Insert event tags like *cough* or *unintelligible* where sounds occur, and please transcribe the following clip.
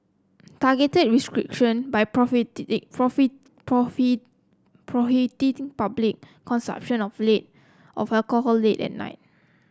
targeted restriction by *unintelligible* prohibiting public consumption of *unintelligible* of alcohol late at night